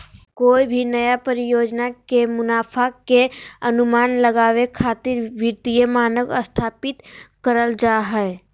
कोय भी नया परियोजना के मुनाफा के अनुमान लगावे खातिर वित्तीय मानक स्थापित करल जा हय